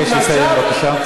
אני מבקש לסיים בבקשה.